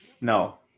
no